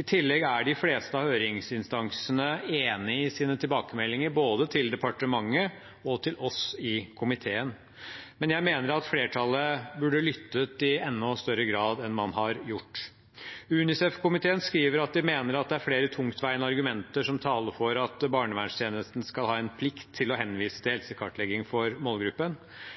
I tillegg er de fleste av høringsinstansene enige i sine tilbakemeldinger, både til departementet og til oss i komiteen, men jeg mener at flertallet burde ha lyttet i enda større grad enn man har gjort. UNICEF-komiteen skriver at de mener at det er flere tungtveiende argumenter som taler for at barnevernstjenesten skal ha en plikt til å henvise til helsekartlegging for målgruppen.